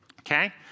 Okay